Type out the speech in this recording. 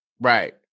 Right